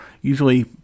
Usually